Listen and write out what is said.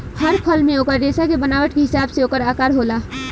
हर फल मे ओकर रेसा के बनावट के हिसाब से ओकर आकर होला